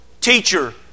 teacher